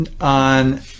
on